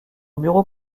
bureau